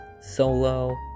solo